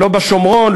לא בשומרון,